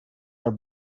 are